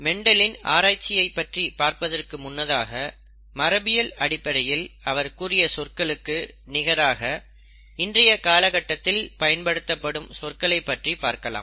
மெண்டலின் ஆராய்ச்சியைப் பற்றி பார்ப்பதற்கு முன்னதாக மரபியல் அடிப்படையில் அவர் கூறிய சொற்களுக்கு நிகராக இன்றைய காலகட்டத்தில் பயன்படுத்தப்படும் சொற்களைப் பற்றி பார்க்கலாம்